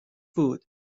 food